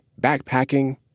backpacking